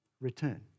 return